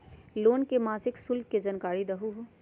Loan के मासिक शुल्क के जानकारी दहु हो?